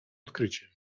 odkryciem